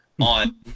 on